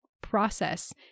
process